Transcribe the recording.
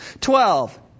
Twelve